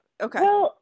Okay